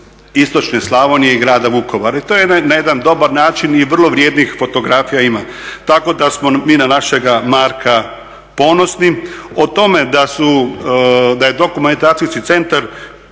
istočne Slavonije i grada Vukovara i to je na jedan dobar način i vrlo vrijednih fotografija ima. Tako da smo mi na našega Marka ponosni. O tome da je dokumentacijski centar